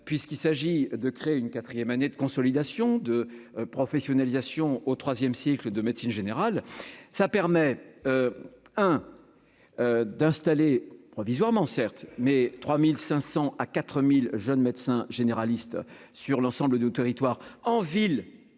puisqu'il s'agit de créer une 4ème année de consolidation de professionnalisation au 3ème cycle de médecine générale, ça permet un d'installer provisoirement, certes, mais 3500 à 4000 jeunes médecins généralistes sur l'ensemble du territoire en ville